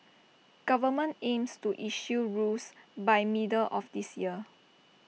government aims to issue rules by middle of this year